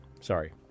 Sorry